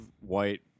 white